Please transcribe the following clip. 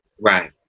Right